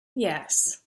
yes